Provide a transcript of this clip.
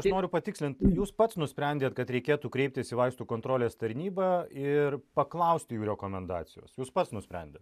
aš noriu patikslint jūs pats nusprendėt kad reikėtų kreiptis į vaistų kontrolės tarnybą ir paklausti jų rekomendacijos jūs pats nusprendėt